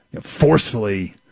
forcefully